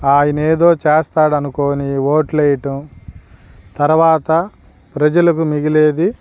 ఆయన ఏదో చేస్తాడనుకోని ఓట్లేయటం తరువాత ప్రజలకు మిగిలేది